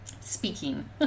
speaking